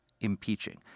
impeaching